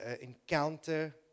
encounter